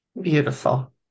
Beautiful